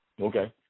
Okay